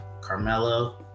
carmelo